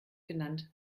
genannt